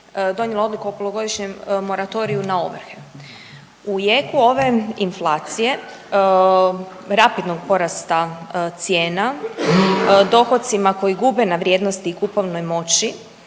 donijela odluku o polugodišnjem moratoriju na ovrhu. U jeku ove inflacije rapidnog porasta cijena dohocima koji gube na vrijednosti i kupovnoj moći